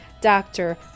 doctor